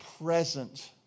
present